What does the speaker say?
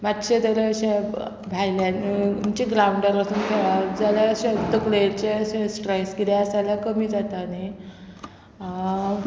मातशें जाल्यार अशें भायल्यान म्हणजे ग्रावंडार वचून खेळप जाल्या अशे तकलेचे अशे स्ट्रेस किदें आसा जाल्यार कमी जाता न्ही